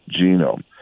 genome